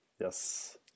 Yes